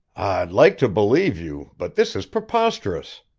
i'd like to believe you, but this is preposterous!